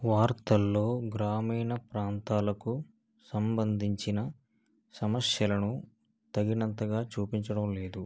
వార్తల్లో గ్రామీణ ప్రాంతాలకు సంబంధించిన సమస్యలను తగినంతగా చూపించడంలేదు